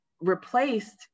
replaced